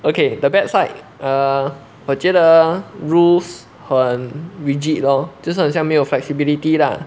okay the bad side err 我觉得 rules 很 rigid 咯就是很像没有 flexibility lah